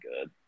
good